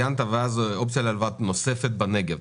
אופציה להלוואה נוספת בנגב.